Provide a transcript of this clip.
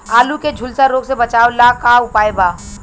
आलू के झुलसा रोग से बचाव ला का उपाय बा?